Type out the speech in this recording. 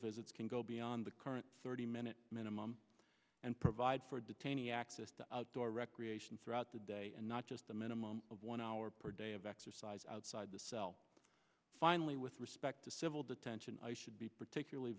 visits can go beyond the current thirty minute minimum and provide for detainees access to outdoor recreation throughout the day and not just a minimum of one hour per day of exercise outside the cell finally with respect to civil detention i should be particularly